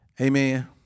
Amen